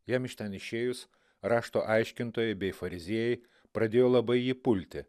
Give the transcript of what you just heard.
jam iš ten išėjus rašto aiškintojai bei fariziejai pradėjo labai jį pulti